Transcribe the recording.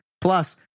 Plus